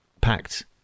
packed